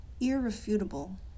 irrefutable